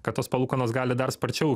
kad tos palūkanos gali dar sparčiau